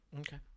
Okay